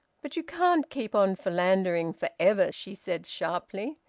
but you can't keep on philandering for ever! she said sharply.